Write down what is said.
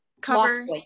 cover